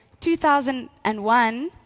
2001